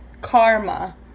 karma